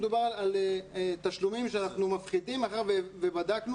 ‏מדובר בתשלומים שאנחנו מפחיתים מאחר שבדקנו